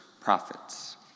prophets